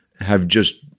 have just,